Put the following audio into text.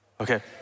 Okay